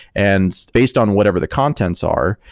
and based on whatever the contents are,